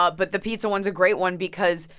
but but the pizza one's a great one because,